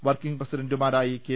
working പ്രസിഡന്റുമാരായി K